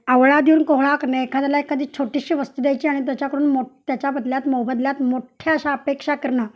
आवळा देऊन कोहळा कणे एखाद्याला एखादी छोटीशी वस्तू द्यायची आणि त्याच्याकडून मो त्याच्या बदल्यात मोबदल्यात मोठ्ठ्या अशा अपेक्षा करणं